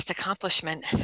accomplishment